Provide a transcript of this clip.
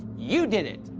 you did it,